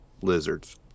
lizards